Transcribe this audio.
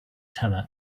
teller